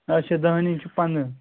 اَچھا دَہِنۍ چھِ پَنٛدہَن